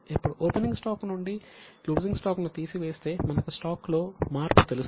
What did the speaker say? ఇప్పుడు opening stock నుండి closing stock ను తీసివేస్తే మనకు స్టాక్లో మార్పు తెలుస్తుంది